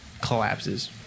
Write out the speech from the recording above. Collapses